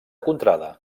contrada